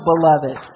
beloved